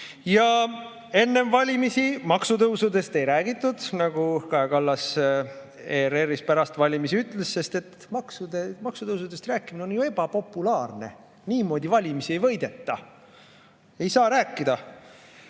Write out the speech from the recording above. Ja enne valimisi maksutõusudest ei räägitud. Nagu Kaja Kallas ERR‑is pärast valimisi ütles, maksutõusudest rääkimine on ebapopulaarne, niimoodi valimisi ei võideta. Ei saa rääkida!